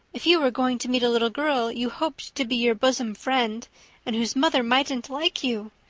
if you were going to meet a little girl you hoped to be your bosom friend and whose mother mightn't like you,